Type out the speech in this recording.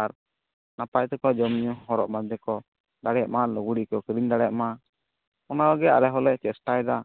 ᱟᱨ ᱱᱟᱯᱟᱭ ᱛᱮᱠᱚ ᱡᱚᱢ ᱧᱩ ᱦᱚᱨᱚᱜ ᱵᱟᱸᱫᱮ ᱠᱚ ᱫᱟᱲᱮᱭᱟᱜ ᱢᱟ ᱞᱩᱜᱽᱲᱤ ᱠᱚ ᱠᱤᱨᱤᱧ ᱫᱟᱲᱮᱭᱟᱜ ᱢᱟ ᱚᱱᱟ ᱠᱚᱜᱮ ᱟᱞᱮ ᱦᱚᱸᱞᱮ ᱪᱮᱥᱴᱟᱭᱮᱫᱟ